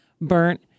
burnt